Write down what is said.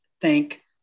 thank